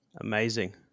Amazing